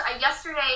Yesterday